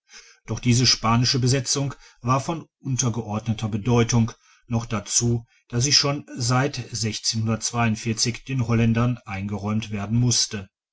doch diese spanische besetzung war von untergeordneter bedeutung noch dazu da sie schon seit den holländern eingeräumt werden musste